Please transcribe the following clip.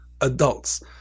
adults